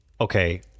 okay